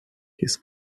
his